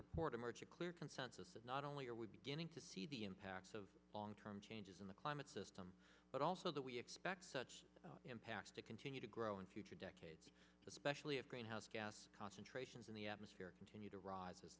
report emerge a clear consensus that not only are we beginning to see the impacts of long term changes in the climate system but also that we expect such impacts to continue to grow into two decades especially if greenhouse gas concentrations in the atmosphere continue to rise